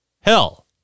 hell